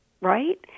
right